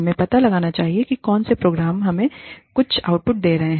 हमें पता लगाना चाहिए कि कौन से प्रोग्राम हमें कुछ आउटपुट दे रहे हैं